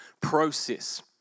process